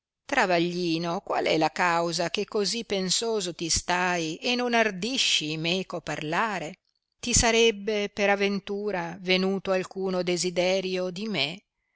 travaglino qual è la causa che così pensoso ti stai e non ardisci meco parlare ti sarebbe per aventura venuto alcuno desiderio di me